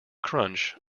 crunch